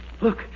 Look